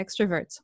extroverts